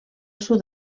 sud